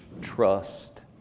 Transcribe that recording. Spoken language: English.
trust